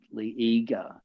eager